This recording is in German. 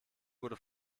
wurde